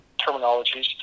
terminologies